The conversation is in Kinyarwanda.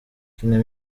kina